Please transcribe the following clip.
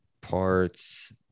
parts